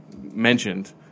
mentioned